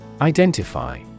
Identify